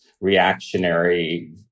reactionary